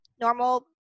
normal